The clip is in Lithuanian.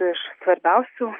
iš svarbiausių